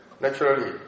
naturally